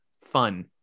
fun